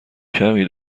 کمی